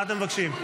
מה אתם מבקשים?